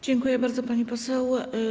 Dziękuję bardzo, pani poseł.